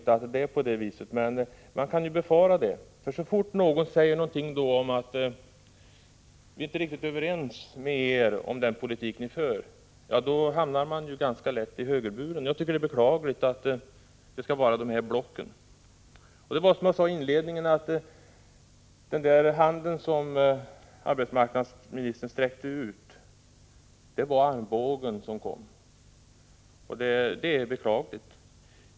115 Och så fort någon säger att ”vi är inte överens med er om den politik som ni för” hamnar man i högerburen. Det är beklagligt med detta blocktänkande. Den hand som arbetsmarknadsministern sträckte ut visade sig vara en armbåge.